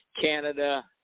Canada